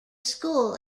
school